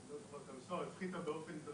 שסדר היום החשוב היום הוא קודם כל להקים שמורות ימיות,